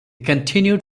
continued